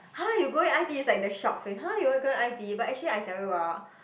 !huh! you going i_t_e is like the shocked face !huh! you going i_t_e but actually I tell you ah